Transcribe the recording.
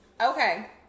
Okay